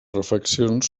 refeccions